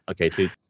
Okay